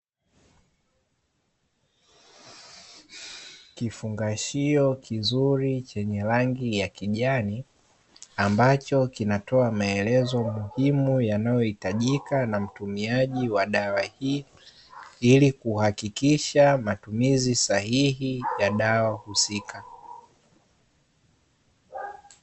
Kifungashio kizuri chenye rangi ya kijani, ambacho kinatoa maelezo muhimu yanayohitajika na mtumiaji wa dawa hii, ili kuhakikisha matumizi sahihi ya dawa husika.